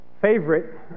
favorite